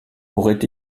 aurait